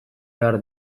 behar